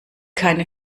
keine